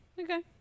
Okay